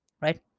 right